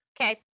Okay